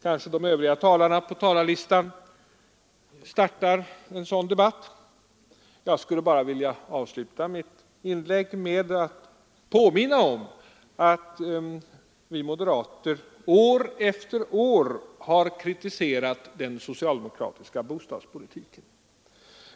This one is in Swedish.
Kanske de övriga talarna på talarlistan startar en sådan debatt. Jag skulle bara vilja avsluta mitt inlägg med att påminna om att vi moderater år efter år har kritiserat den socialdemokratiska bostadspolitiken.